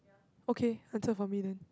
okay answer for me then